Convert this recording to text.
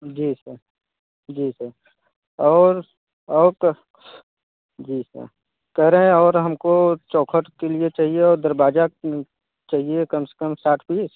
जी sir जी sir और और तो जी सर कह रहें और हम को चौखट के लिए चाहिए और दरवाज़ा चाहिए कम से कम सात फीट